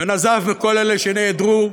ונזף בכל אלה שנעדרו,